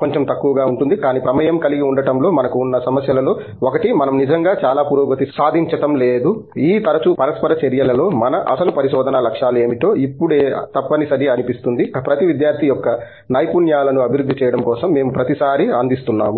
కొంచెం తక్కువగా ఉంటుంది కానీ ప్రమేయం కలిగి ఉండటంలో మనకు ఉన్న సమస్యలలో ఒకటి మనం నిజంగా చాలా పురోగతి సాధించటం లేదు ఈ తరచూ పరస్పర చర్యలలో మన అసలు పరిశోధన లక్ష్యాలు ఏమిటో ఇప్పుడే తప్పనిసరి అనిపిస్తుంది ప్రతి విద్యార్థి యొక్క నైపుణ్యాలను అభివృద్ధి చేయడం కోసం మేము ప్రతిసారీ అందిస్తున్నాము